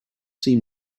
seem